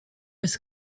his